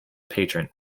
patron